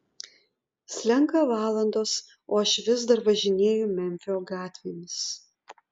slenka valandos o aš vis dar važinėju memfio gatvėmis